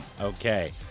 Okay